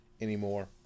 anymore